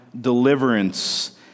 deliverance